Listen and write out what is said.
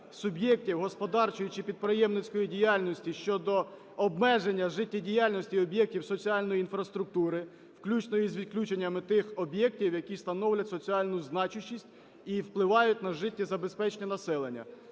суб'єктів господарчої чи підприємницької діяльності щодо обмеження життєдіяльності об'єктів соціальної інфраструктури, включно із відключеннями тих об'єктів, які становлять соціальну значущість і впливають на життєзабезпечення населення.